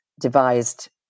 devised